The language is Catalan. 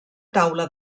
taula